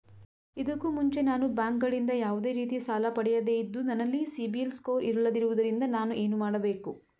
ಇದಕ್ಕೂ ಮುಂಚೆ ನಾನು ಬ್ಯಾಂಕ್ ಗಳಿಂದ ಯಾವುದೇ ರೀತಿ ಸಾಲ ಪಡೆಯದೇ ಇದ್ದು, ನನಲ್ಲಿ ಸಿಬಿಲ್ ಸ್ಕೋರ್ ಇಲ್ಲದಿರುವುದರಿಂದ ನಾನು ಏನು ಮಾಡಬೇಕು?